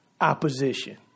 opposition